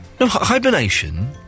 Hibernation